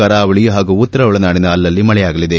ಕರಾವಳಿ ಹಾಗೂ ಉತ್ತರ ಒಳನಾಡಿನ ಅಲ್ಲಲ್ಲಿ ಮಳೆಯಾಗಲಿದೆ